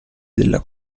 della